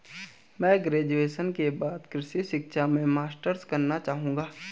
मैं ग्रेजुएशन के बाद कृषि शिक्षा में मास्टर्स करना चाहूंगा